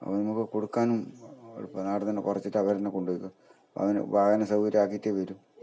അപ്പം നമുക്ക് കൊടുക്കാനും എളുപ്പമാണ് അവിടെ തന്നെ പറിച്ചിട്ട് അവർ തന്നെ കൊണ്ട് പൊയ്ക്കോ വാഹന വാഹന സൗകര്യമാക്കിയിട്ടെ വരൂ